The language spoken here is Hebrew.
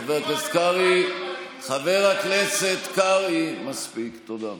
חבר הכנסת קרעי, חבר הכנסת קרעי, מספיק, תודה.